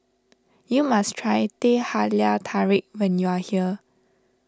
you must try Teh Halia Tarik when you are here